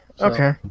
okay